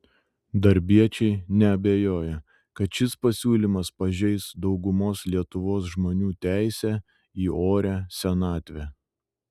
darbiečiai neabejoja kad šis pasiūlymas pažeis daugumos lietuvos žmonių teisę į orią senatvę